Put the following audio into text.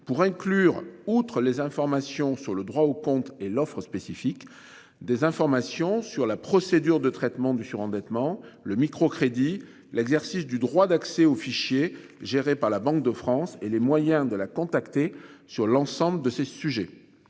pour inclure outre les informations sur le droit au compte et l'offre spécifique des informations sur la procédure de traitement du surendettement. Le microcrédit, l'exercice du droit d'accès aux fichiers gérés par la Banque de France et les moyens de la contacter sur l'ensemble de ces sujets.